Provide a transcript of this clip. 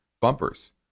bumpers